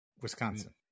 Wisconsin